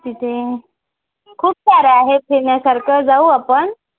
तिथे खूप सारं आहे फिरण्यासारखं जाऊ आपण